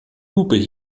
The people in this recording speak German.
lupe